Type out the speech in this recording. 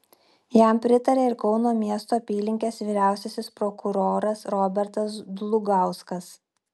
jam pritarė ir kauno miesto apylinkės vyriausiasis prokuroras robertas dlugauskas